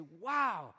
wow